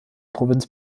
provinz